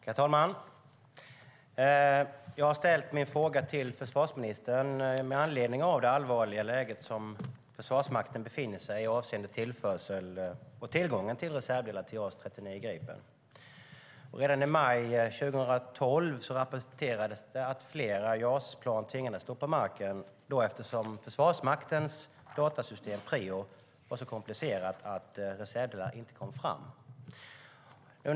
Herr talman! Jag har ställt min fråga till försvarsministern med anledning av det allvarliga läge Försvarsmakten befinner sig i avseende tillförsel och tillgång till reservdelar för JAS 39 Gripen. Redan i maj 2012 rapporterades det att flera JAS-plan tvingades stå på marken för att Försvarsmaktens datasystem PRIO var så komplicerat att reservdelar inte kom fram.